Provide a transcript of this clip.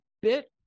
bit